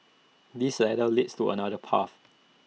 this ladder leads to another path